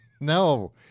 No